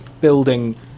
building